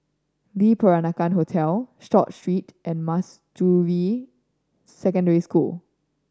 Le Peranakan Hotel Short Street and Manjusri Secondary School